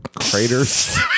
craters